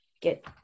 get